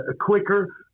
quicker